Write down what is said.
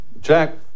jack